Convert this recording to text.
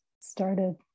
started